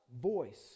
voice